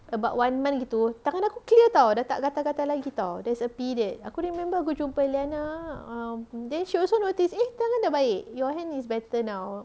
about one month tu tangan aku clear [tau] dah tak gatal-gatal lagi [tau] there's a period aku remember aku jumpa liyana um she also noticed eh tangan dah baik your hand is better now